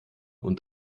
und